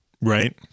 Right